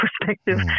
perspective